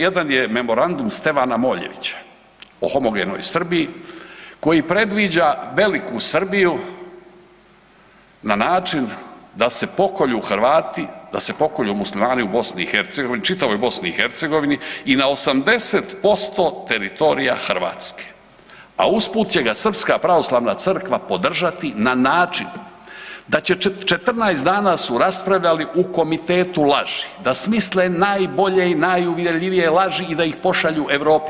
Jedan je memorandum Stevana Moljevića o homogenoj Srbiji koji predviđa veliku Srbiju na način da se pokolju Hrvati, da se pokolju Muslimani u BiH, čitavoj BiH i na 80% teritorija Hrvatske, a usput će ga Srpska pravoslavna crkva podržati na način da će 14 dana su raspravljali u komitetu laži da smisle najbolje i najuvjerljivije laži da ih pošalju Europi.